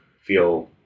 feel